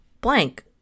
blank